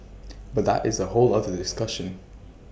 but that is A whole other discussion